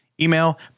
Email